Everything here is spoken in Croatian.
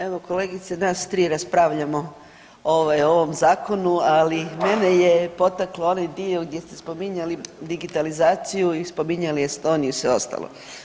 Evo kolegice, nas tri raspravljamo o ovom zakonu, ali mene je potaknuo onaj dio gdje ste spominjali digitalizaciju i spominjali Estoniju i sve ostalo.